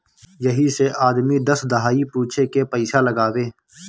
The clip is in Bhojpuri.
यही से आदमी दस दहाई पूछे के पइसा लगावे